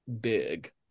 big